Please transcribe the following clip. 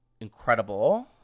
incredible